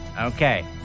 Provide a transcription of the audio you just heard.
okay